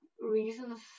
reasons